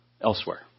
elsewhere